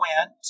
went